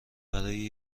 برای